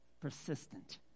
Persistent